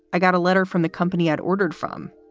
i got a letter from the company had ordered from.